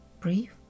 Brief